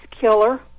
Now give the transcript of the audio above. killer